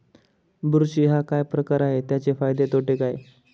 बुरशी हा काय प्रकार आहे, त्याचे फायदे तोटे काय?